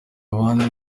abandi